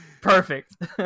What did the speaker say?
perfect